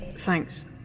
Thanks